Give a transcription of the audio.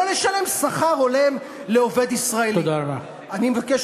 תודה רבה.